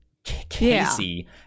Casey